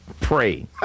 Pray